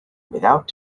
without